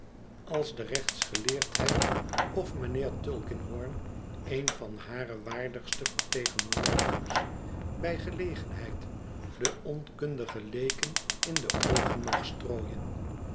als de rechtsgeleerdheid of mijnheer tulkinghorn een van hare waardigste vertegenwoordigers bij gelegenheid de onkundige leeken in de oogen mag strooien